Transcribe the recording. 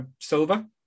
silver